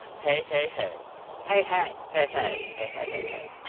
hey, hey, hey hey, hey hey, hey, hey, hey, hey, hey